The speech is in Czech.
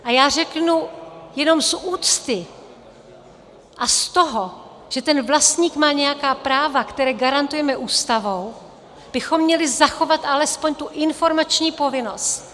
A řeknu, jenom z úcty a z toho, že ten vlastník má nějaká práva, která garantujeme Ústavou, bychom měli zachovat alespoň tu informační povinnost.